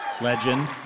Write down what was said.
Legend